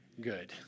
good